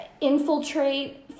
infiltrate